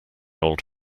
old